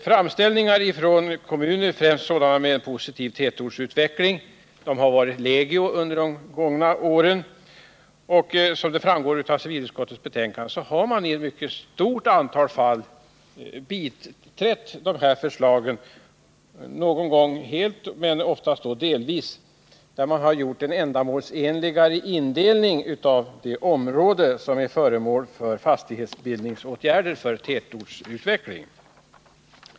Framställningar har gjorts från kommuner, och främst från sådana med positiv tätortsutveckling har framställningarna varit legio under de gångna åren. Såsom framgår av civilutskottets betänkande har förslagen i ett mycket stort antal fall biträtts — någon gång helt, men oftast delvis — och en mer ändamålsenlig indelning har gjorts av de områden som är föremål för fastighetsbildningsåtgärder för tätortsutveckling.